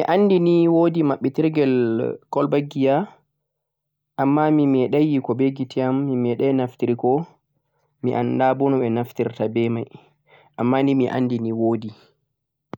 mi andi nei woodi babbitirgel gwalbar giya amma mi medai yiko be gite'am mi medai naftiriko mi anda boono o naftirta be mei amma ni mi andi ni woodi